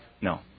No